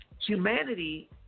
Humanity